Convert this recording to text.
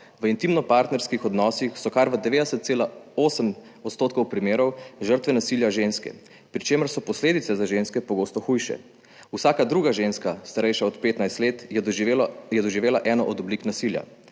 V intimnopartnerskih odnosih so kar v 90,8 % primerov žrtve nasilja ženske, pri čemer so posledice za ženske pogosto hujše. Vsaka druga ženska, starejša od 15 let, je doživela eno od oblik nasilja,